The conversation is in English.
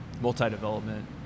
multi-development